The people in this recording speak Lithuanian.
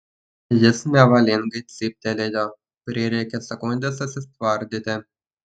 jis nevalingai cyptelėjo prireikė sekundės susitvardyti